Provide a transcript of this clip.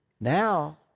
Now